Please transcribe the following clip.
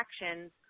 actions